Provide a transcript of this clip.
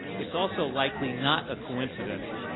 it's also likely not a coincidence,